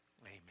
Amen